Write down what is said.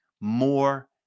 more